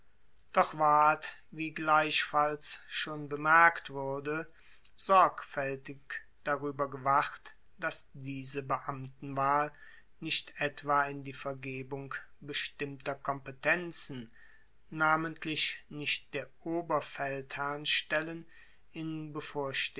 doch ward wie gleichfalls schon bemerkt wurde sorgfaeltig darueber gewacht dass diese beamtenwahl nicht etwa in die vergebung bestimmter kompetenzen namentlich nicht der oberfeldherrnstellen in